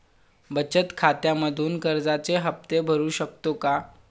बचत खात्यामधून कर्जाचे हफ्ते भरू शकतो का?